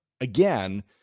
again